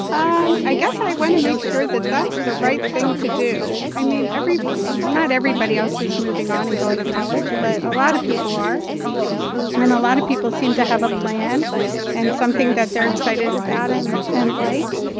um i guess i want to make sure that that's the right thing to do. i mean, every night everybody else is moving on and going to college. but a lot of people are in and a lot of people seem to have a plan and something that they're excited about him and like.